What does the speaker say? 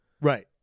Right